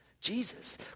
Jesus